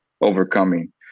overcoming